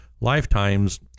lifetimes